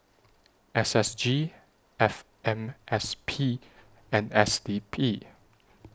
S S G F M S P and S D P